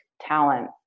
talent